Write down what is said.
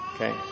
Okay